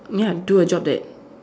ya do a job that